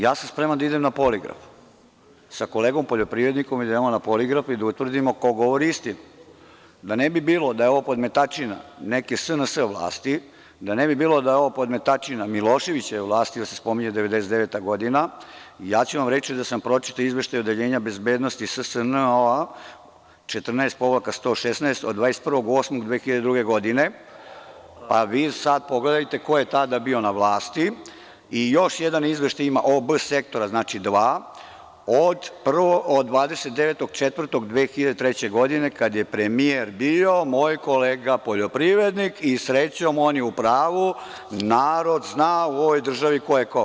Ja sam spreman da idem na poligraf sa kolegom poljoprivrednikom i da utvrdimo ko govori istinu, da ne bi bilo da je ovo podmetačina neke SNS vlasti, da ne bi bilo da je ovo podmetačina Miloševićeve vlasti jer se spominje 1999. godina, ja ću vam reći da sam pročitao izveštaj Odeljenja bezbednosti SSNOA 14-116 od 21.08.2002. godine, pa vi sad pogledajte ko je tada bio na vlasti, i još jedan izveštaj ima OB Sektora, znači dva, od 29.04.2003. godine, kada je premijer bio moj kolega poljoprivrednik i srećom on je u pravu, narod zna u ovoj državi ko je ko.